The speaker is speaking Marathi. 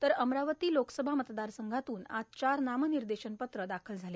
तर अमरावती लोकसभा मतदारसंघातून आज चार नामनिर्देशन पत्र दाखल झाले